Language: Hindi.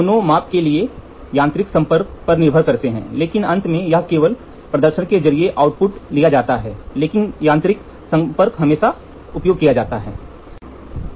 दोनों मापा के लिए यांत्रिक संपर्क पर निर्भर करते हैं लेकिन अंत में यहां केवल प्रदर्शन के जरिए आउटपुट लिया जाता है लेकिन यांत्रिक संपर्क हमेशा उपयोग किया जाता है